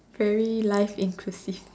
very life inclusive